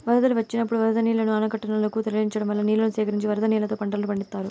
వరదలు వచ్చినప్పుడు వరద నీళ్ళను ఆనకట్టలనకు తరలించడం వల్ల నీళ్ళను సేకరించి వరద నీళ్ళతో పంటలను పండిత్తారు